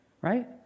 right